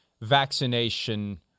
vaccination